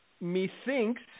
methinks